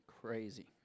crazy